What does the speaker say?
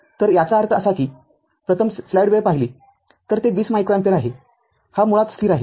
तर याचा अर्थ असा कीप्रथम स्लाईड वेळ पाहिली तर ते २० मायक्रो अँपिअर आहेहा मुळात स्थिर आहे